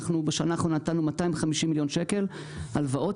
בשנה האחרונה אנחנו נתנו 250 מיליון שקל הלוואות.